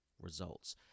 results